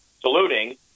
saluting